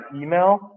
email